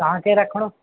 तव्हांखे रखिणो